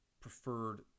preferred